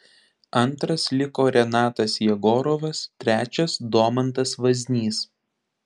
antras liko renatas jegorovas trečias domantas vaznys